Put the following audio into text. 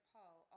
Paul